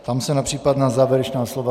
Ptám se na případná závěrečná slova.